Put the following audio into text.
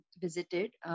visited